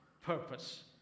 purpose